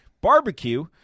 barbecue